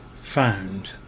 found